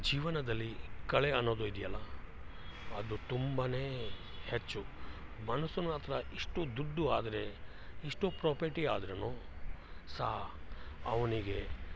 ಜೀವನದಲ್ಲಿ ಕಳೆ ಅನ್ನೋದು ಇದೆಯಲ್ಲ ಅದು ತುಂಬನೇ ಹೆಚ್ಚು ಮನಸ್ಸು ಮಾತ್ರ ಇಷ್ಟು ದುಡ್ಡು ಆದರೆ ಇಷ್ಟು ಪ್ರೊಪೆಟಿ ಆದರೂ ಸಹ ಅವನಿಗೆ